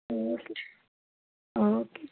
okay okay